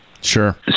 Sure